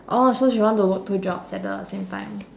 orh so she want to work two jobs at the same time